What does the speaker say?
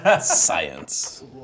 Science